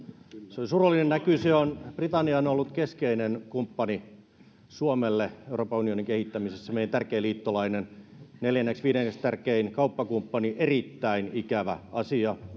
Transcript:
se oli surullinen näky britannia on ollut keskeinen kumppani suomelle euroopan unionin kehittämisessä meidän tärkeä liittolainen neljänneksi viidenneksi tärkein kauppakumppani erittäin ikävä asia